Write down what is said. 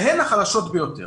שהן החלשות ביותר.